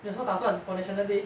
有什么打算 for national day